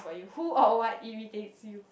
who or what irritates you